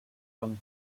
round